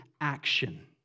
action